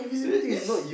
it is